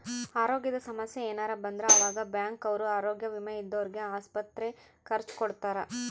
ಅರೋಗ್ಯದ ಸಮಸ್ಸೆ ಯೆನರ ಬಂದ್ರ ಆವಾಗ ಬ್ಯಾಂಕ್ ಅವ್ರು ಆರೋಗ್ಯ ವಿಮೆ ಇದ್ದೊರ್ಗೆ ಆಸ್ಪತ್ರೆ ಖರ್ಚ ಕೊಡ್ತಾರ